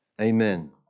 Amen